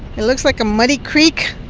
it looks like a muddy creek.